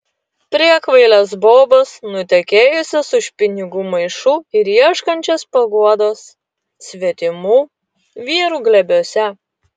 priekvailes bobas nutekėjusias už pinigų maišų ir ieškančias paguodos svetimų vyrų glėbiuose